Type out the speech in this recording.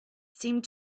seemed